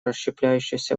расщепляющегося